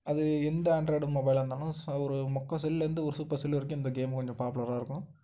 அது எந்த ஆண்ட்ராய்டு மொபைலாக இருந்தாலும் ச ஒரு மொக்கை செல்லேருந்து ஒரு சூப்பர் செல்லு வரைக்கும் இந்த கேம் கொஞ்சம் பாப்புலராக இருக்கும்